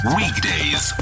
weekdays